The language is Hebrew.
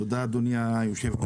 תודה, אדוני היושב-ראש.